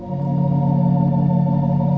or